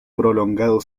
prolongado